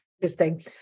interesting